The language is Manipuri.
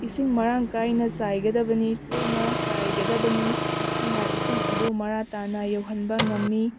ꯏꯁꯤꯡ ꯃꯔꯥꯡꯀꯥꯏꯅ ꯆꯥꯏꯒꯗꯕꯅꯤ ꯇꯣꯏꯅ ꯆꯥꯏꯒꯗꯕꯅꯤ ꯃꯁꯤꯅ ꯏꯁꯤꯡ ꯑꯗꯨ ꯃꯔꯥ ꯇꯥꯅ ꯌꯧꯍꯟꯕ ꯉꯝꯃꯤ